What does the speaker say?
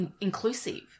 inclusive